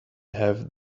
have